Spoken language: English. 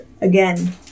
Again